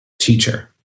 teacher